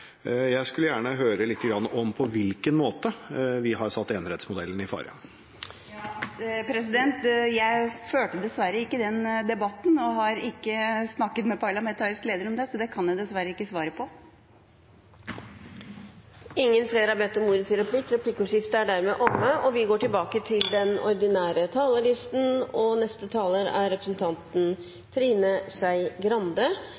Jeg skulle gjerne hørt lite grann om på hvilken måte vi har satt enerettsmodellen i fare. Jeg fulgte dessverre ikke den debatten og har ikke snakket med parlamentarisk leder om det, så det kan jeg dessverre ikke svare på. Replikkordskiftet er omme. Da kulturministeren la fram sitt kulturbudsjett, var det mange ting som Venstre var fornøyd med. Vi